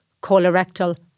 colorectal